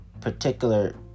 particular